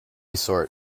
sort